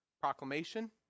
Proclamation